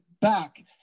back